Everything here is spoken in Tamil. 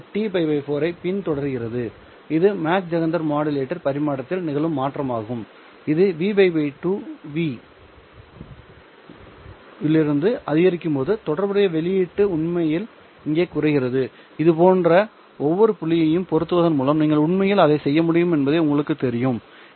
எனவே இது T 4 ஐப் பின்தொடர்கிறது இது மாக் ஜெஹெண்டர் மாடுலேட்டர் பரிமாற்றத்தில் நிகழும் மாற்றமாகும் இது Vπ 2V இலிருந்து அதிகரிக்கும் போது தொடர்புடைய வெளியீடு உண்மையில் இங்கே குறைகிறது இது போன்ற ஒவ்வொரு புள்ளியையும் பொருத்துவதன் மூலம் நீங்கள் உண்மையில் அதை செய்ய முடியும் என்பது உங்களுக்குத் தெரியும்